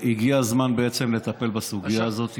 הגיע הזמן לטפל בסוגיה הזאת,